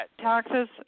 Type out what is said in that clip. taxes